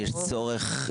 יש צורך?